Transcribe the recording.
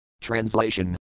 Translation